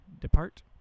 depart